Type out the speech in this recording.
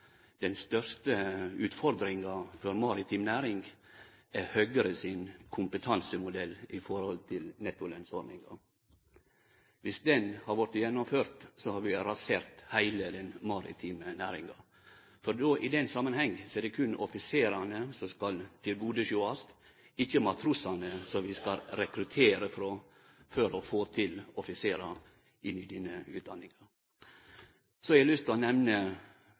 utfordringa for maritim næring er Høgre sin kompetansemodell for nettolønsordninga. Viss den modellen hadde vorte gjennomført, hadde vi rasert heile den maritime næringa, for i den samanhengen er det berre offiserane som skal tilgodesjåast, ikkje matrosane og motormennene som vi skal rekruttere frå for å få offiserar inn i denne utdanninga. Så har eg lyst til å nemne